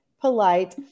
polite